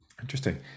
Interesting